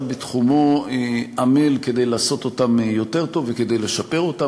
בתחומו עמל כדי לעשות אותם יותר טוב וכדי לשפר אותם,